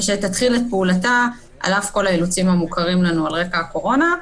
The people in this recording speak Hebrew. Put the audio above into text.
שתתחיל את פעולתה על אף כל האילוצים המוכרים לנו על רקע הקורונה,